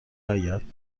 آید